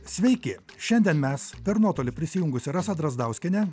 sveiki šiandien mes per nuotolį prisijungusi rasa drazdauskienė